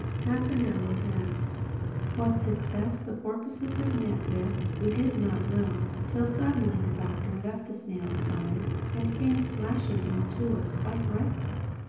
half an hour passed what success the porpoises had met with, we did not know, till suddenly the doctor left the snail's side and came splashing out to us, quite breathless.